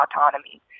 autonomy